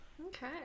Okay